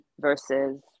versus